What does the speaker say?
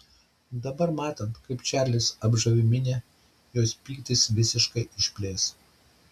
dabar matant kaip čarlis apžavi minią jos pyktis visiškai išblėso